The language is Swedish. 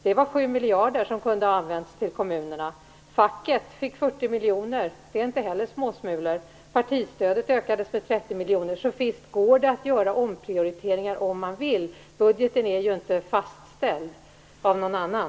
Det var 7 miljarder som kunde ha använts till kommunerna. Facket fick 40 miljoner. Det är inte heller småsmulor. Partistödet ökades med 30 miljoner. Visst går det att göra omprioriteringar om man vill. Budgeten är ju inte fastställd av någon annan.